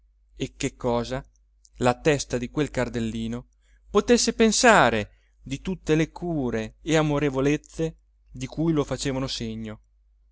e che cosa la testa di quel cardellino potesse pensare di tutte le cure e amorevolezze di cui lo facevano segno